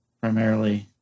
Primarily